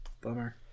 Bummer